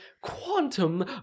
quantum